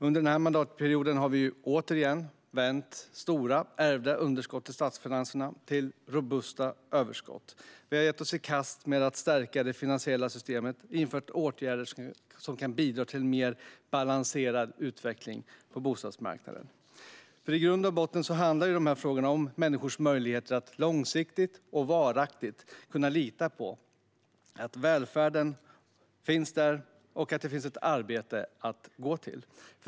Under den här mandatperioden har vi återigen vänt stora ärvda underskott i statsfinanserna till robusta överskott. Vi har gett oss i kast med att stärka det finansiella systemet och vidtagit åtgärder som kan bidra till en mer balanserad utveckling på bostadsmarknaden. I grund och botten handlar de här frågorna om människors möjligheter att långsiktigt och varaktigt lita på att välfärden finns där och att det finns ett arbete att gå till.